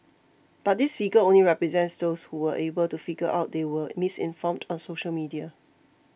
but this figure only represents those who were able to figure out they were misinformed on social media